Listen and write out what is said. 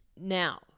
Now